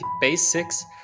basics